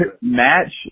match